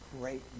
great